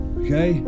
okay